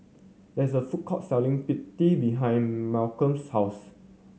there is a food court selling behind Malcom's house